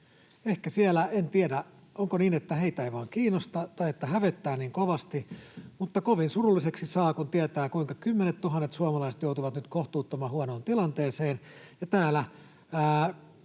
ei pysty. En tiedä, onko niin, että heitä ei vain kiinnosta tai että hävettää niin kovasti, mutta kovin surulliseksi saa, kun tietää, kuinka kymmenettuhannet suomalaiset joutuvat nyt kohtuuttoman huonoon tilanteeseen,